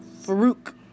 Farouk